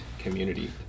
community